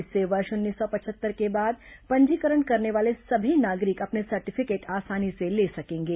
इससे वर्ष उन्नीस सौ पचहत्तर के बाद पंजीकरण करने वाले सभी नागरिक अपने सर्टिफिकेट आसानी से ले सकेंगे